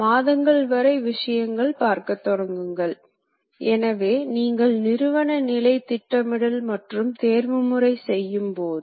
நீங்கள் எஃகு போன்ற உலோகத்தை அகற்றுகிறீர்கள் எனவே இயற்கையாகவே இது டிரைவில் நிறைய சுமையை ஏற்றுகிறது